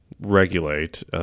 regulate